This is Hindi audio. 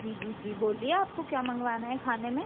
जी जी जी बोलिए आपको क्या मंगवाना है खाने में